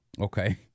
Okay